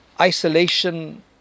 isolation